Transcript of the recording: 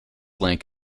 link